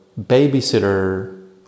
babysitter